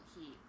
heat